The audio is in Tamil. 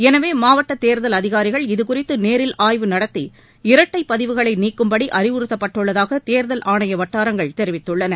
எனவே மாவட்ட தேர்தல் அதிகாரிகள் இதுகுறித்து நேரில் ஆய்வு நடத்தி இரட்டை பதிவுகளை நீக்கும்படி அறிவுறுத்தப்பட்டுள்ளதாக தேர்தல் ஆணைய வட்டாரங்கள் தெரிவித்துள்ளன